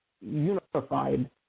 unified